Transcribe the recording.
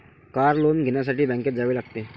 car loan घेण्यासाठी बँकेत जावे लागते